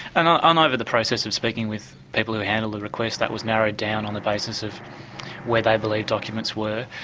and i'm over the process of speaking with people who handle the request that was narrowed down on the basis of where they believed documents were.